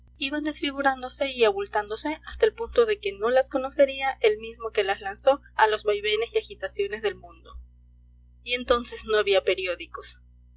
y abultándose hasta el punto de que no las conocería el mismo que las lanzó a los vaivenes y agitaciones del mundo y entonces no había periódicos